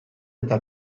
eta